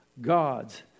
gods